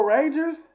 Rangers